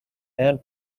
and